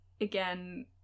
again